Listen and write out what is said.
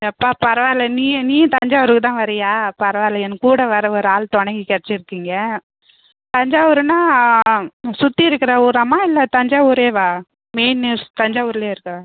எப்பா பரவாயில்ல நீயும் நீயும் தஞ்சாவூருக்கு தான் வரியா பரவாயில்ல என்கூட வர ஒரு ஆள் தொணைக்கு கிடச்சிருக்கீங்க தஞ்சாவூருன்னால் சுற்றி இருக்கிற ஊராம்மா இல்லை தஞ்சாவூரேவா மெயின் நியர்ஸ் தஞ்சாவூரிலேயே இருக்கா